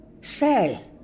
Say